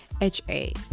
HA